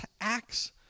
acts